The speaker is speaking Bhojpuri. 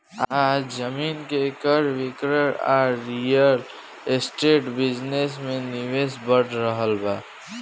आज जमीन के क्रय विक्रय आ रियल एस्टेट बिजनेस में निवेश बढ़ रहल बा